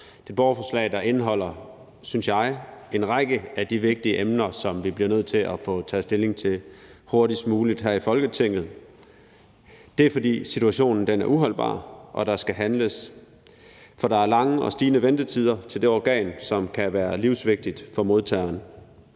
et borgerforslag, der indeholder, synes jeg, en række af de vigtige emner, som vi bliver nødt til at få taget stilling til hurtigst muligt her i Folketinget. Det er, fordi situationen er uholdbar, og der skal handles, for der er lange og stigende ventetider til det organ, som kan være livsvigtigt for modtageren.